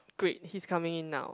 great he's coming in now